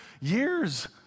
years